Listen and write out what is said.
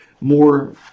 more